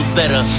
better